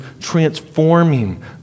transforming